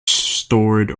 stored